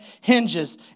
hinges